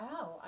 wow